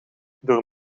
door